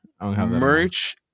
Merch